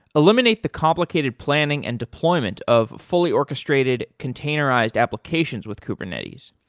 eliminate the complicated planning and deployment of fully orchestrated containerized applications with kubernetes.